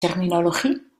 terminologie